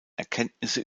erkenntnisse